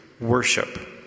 worship